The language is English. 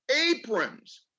aprons